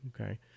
Okay